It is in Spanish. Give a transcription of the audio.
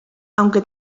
aunque